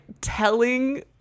telling